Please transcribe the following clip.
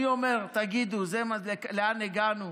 אני אומר: תגידו, לאן הגענו?